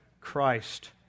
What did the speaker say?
Christ